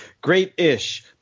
great-ish